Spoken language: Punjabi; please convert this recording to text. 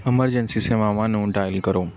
ਐਮਰਜੈਂਸੀ ਸੇਵਾਵਾਂ ਨੂੰ ਡਾਇਲ ਕਰੋ